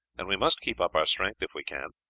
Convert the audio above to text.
and we must keep up our strength if we can.